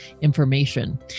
information